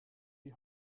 die